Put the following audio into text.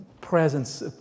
presence